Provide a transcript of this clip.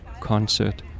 concert